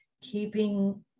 keeping